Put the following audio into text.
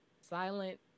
Silent